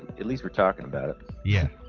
it leaves are talking about yeah